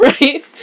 Right